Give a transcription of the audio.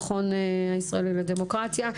המכון הישראלי לדמוקרטיה.